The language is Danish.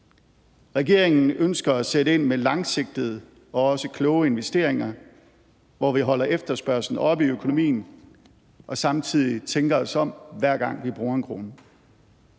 Regeringen ønsker at sætte ind med langsigtede og også kloge investeringer, hvor vi holder efterspørgslen oppe i økonomien og samtidig tænker os om, hver gang vi bruger 1 kr.